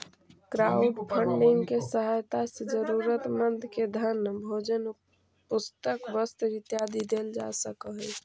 crowdfunding के सहायता से जरूरतमंद के धन भोजन पुस्तक वस्त्र इत्यादि देल जा सकऽ हई